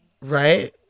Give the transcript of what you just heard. right